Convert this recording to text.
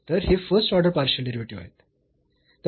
तर हे first order partial derivatives आहेत